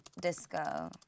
disco